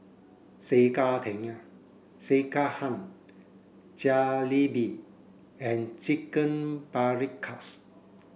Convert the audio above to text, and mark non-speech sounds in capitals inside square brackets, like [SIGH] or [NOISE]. [UNINTELLIGIBLE] Sekihan Jalebi and Chicken Paprikas